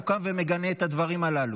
לא קם ומגנה את הדברים הללו,